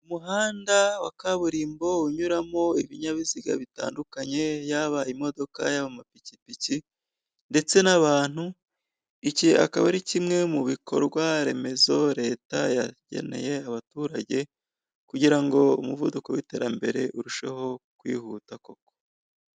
Umuhanda wa kaburimbo unyuramo ibinyabiziga bitandukanye yaba imodoka, yaba amapikipiki ndetse n'abantu, iki akaba ari kimwe mu bikorwa remezo leta yageneye abaturage kugira ngo umuvuduko w'iterambere urusheho kwihuta koko.